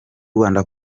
rwanda